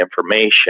information